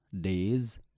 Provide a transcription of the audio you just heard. days